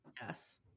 Yes